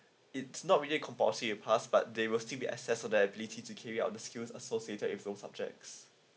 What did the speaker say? it's not really compulsory to pass but they will still be accesses liability to carry out the skills associated with those subjects